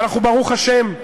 אנחנו, ברוך השם,